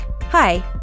Hi